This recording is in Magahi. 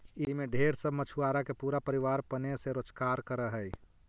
ई में ढेर सब मछुआरा के पूरा परिवार पने से रोजकार कर हई